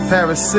Paris